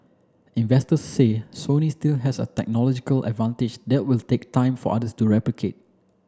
investors say Sony still has a technological advantage that will take time for others to replicate